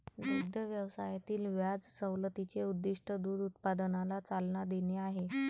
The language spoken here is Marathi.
दुग्ध व्यवसायातील व्याज सवलतीचे उद्दीष्ट दूध उत्पादनाला चालना देणे आहे